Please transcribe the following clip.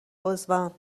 عضوم